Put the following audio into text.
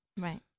Right